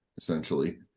essentially